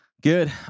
good